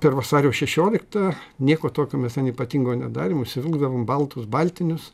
per vasario šešioliktą nieko tokio mes ten ypatingo nedarėm užsivilkdavom baltus baltinius